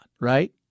Right